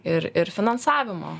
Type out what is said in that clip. ir ir finansavimo